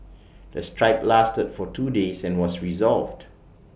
the strike lasted for two days and was resolved